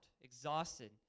exhausted